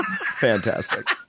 Fantastic